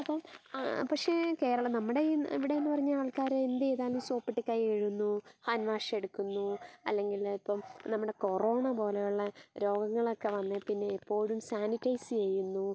ഇപ്പം പക്ഷേ കേരളം നമ്മുടെ ഇവിടെയെന്ന് പറഞ്ഞാൽ ആൾക്കാർ എന്ത് ചെയ്താലും സോപ്പിട്ട് കയ്യ് കഴുകുന്നു ഹാൻഡ് വാഷ്വ എടുക്കുന്നു അല്ലെങ്കിൽ ഇപ്പം നമ്മുടെ കൊറോണ പോലെയുള്ള രോഗങ്ങളൊക്കെ വന്നേ പിന്നെ ഇപ്പോഴും സാനിറ്റൈസ് ചെയ്യുന്നു